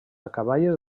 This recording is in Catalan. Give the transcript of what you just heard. acaballes